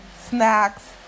snacks